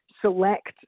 select